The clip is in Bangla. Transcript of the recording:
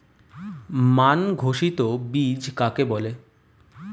মান ঘোষিত বীজ কাকে বলে?